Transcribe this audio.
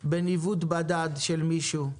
בניווט בדד של מישהו,